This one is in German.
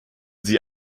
sie